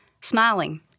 Smiling